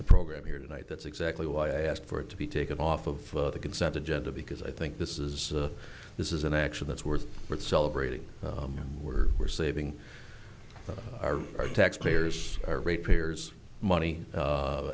the program here tonight that's exactly why i asked for it to be taken off of the consent agenda because i think this is a this is an action that's worth celebrating we're we're saving our taxpayers rate